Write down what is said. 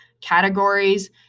Categories